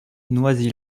noisy